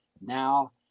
now